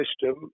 system